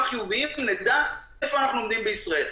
חיוביים ונדע איפה אנחנו עומדים בישראל.